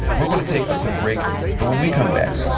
we're going to take a quick break. but when we come back,